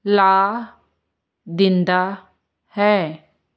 ਲਾ ਦਿੰਦਾ ਹੈ